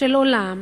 של עולם